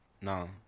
No